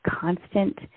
constant